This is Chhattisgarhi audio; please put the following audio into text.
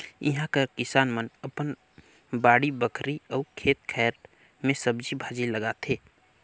इहां कर किसान मन अपन बाड़ी बखरी अउ खेत खाएर में सब्जी भाजी लगाथें